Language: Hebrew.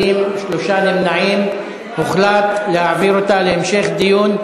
ו-2014) (תיקון,